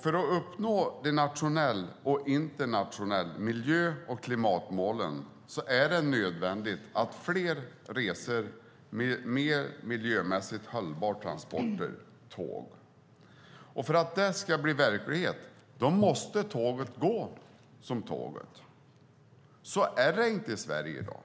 För att uppnå de nationella och internationella miljö och klimatmålen är det nödvändigt att fler resor och transporter blir miljömässigt hållbara och går med tåg. För att det ska bli verklighet måste tåget gå som tåget. Så är det inte i Sverige i dag.